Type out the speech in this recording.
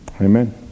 amen